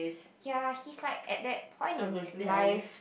ya he's like at that point in his life